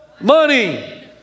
money